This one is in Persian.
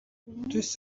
دوست